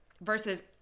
versus